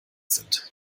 sind